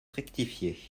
rectifié